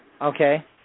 Okay